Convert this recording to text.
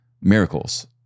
miracles